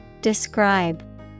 Describe